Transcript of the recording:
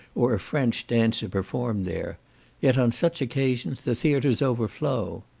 or a french dancer, performed there yet on such occasions the theatres overflow.